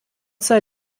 sei